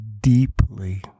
deeply